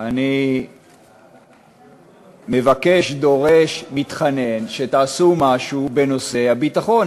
אני מבקש, דורש, מתחנן, שתעשו משהו בנושא הביטחון.